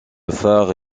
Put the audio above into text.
phare